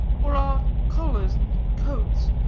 or our collars and coats,